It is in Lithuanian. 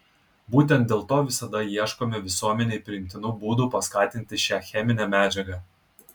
būtent dėl to visada ieškome visuomenei priimtinų būdų paskatinti šią cheminę medžiagą